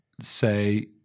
say